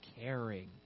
caring